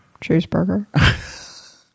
cheeseburger